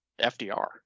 FDR